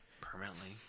permanently